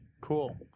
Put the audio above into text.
Cool